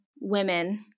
women